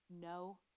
no